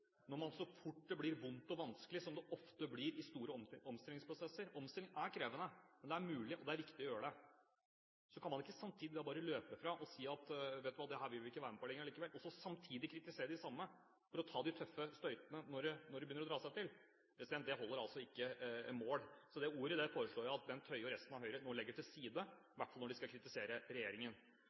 så fort det blir vondt og vanskelig, som det ofte blir i store omstillingsprosesser. Omstilling er krevende, men det er mulig og viktig å gjøre det. Da kan man ikke samtidig bare løpe ifra og si at dette vil vi ikke være med på lenger, og samtidig kritisere de samme for å ta de tøffe støytene når det begynner å dra seg til. Det holder ikke mål, så det ordet foreslår jeg at Bent Høie og resten av Høyre legger til side – i hvert fall når de skal kritisere regjeringen.